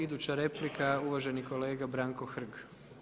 Iduća replika uvaženi kolega Branko Hrg.